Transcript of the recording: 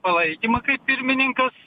palaikymą kaip pirmininkas